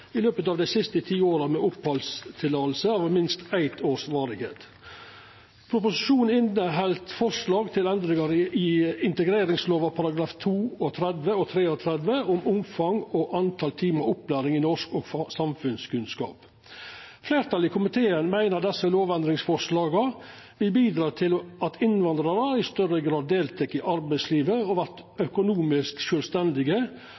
i løpet av dei siste ti åra, med opphaldsløyve av minst eitt års varigheit. Proposisjonen inneheld forslag til endringar i integreringslova §§ 32 og 33, om omfang og antal timar opplæring i norsk og samfunnskunnskap. Fleirtalet i komiteen meiner desse lovendringsforslaga vil bidra til at innvandrarar i større grad deltek i arbeidslivet og vert økonomisk sjølvstendige,